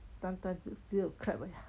淡淡只只有 crab 而已啊